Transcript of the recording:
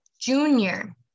junior